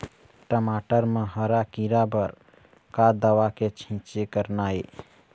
टमाटर म हरा किरा बर का दवा के छींचे करना ये?